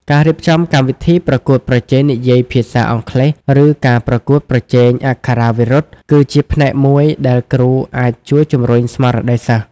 ការរៀបចំកម្មវិធីប្រកួតប្រជែងនិយាយភាសាអង់គ្លេស ឬការប្រកួតប្រជែងអក្ខរាវិរុទ្ធ គឺជាផ្នែកមួយដែលគ្រូអាចជួយជំរុញស្មារតីសិស្ស។